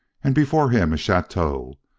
and, before him, a chateau,